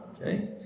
Okay